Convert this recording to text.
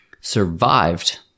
Survived